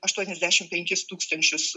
aštuoniasdešimt penkis tūkstančius